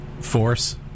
force